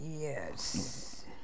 yes